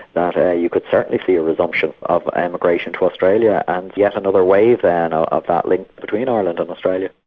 that ah you could certainly see a resumption of emigration to australia and yet another wave then ah of that link between ireland and australia.